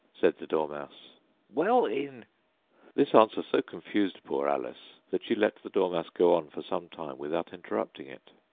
said the dormouse well in this answer so confused poor alice, that she let the dormouse go on for some time without interrupting it.